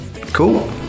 Cool